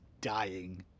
dying